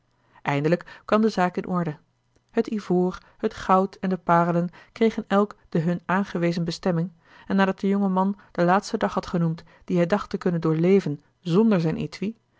eindelijk kwam de zaak in orde het ivoor het goud en de parelen kregen elk de hun aangewezen bestemming en nadat de jonge man den laatsten dag had genoemd dien hij dacht te kunnen doorleven zonder zijn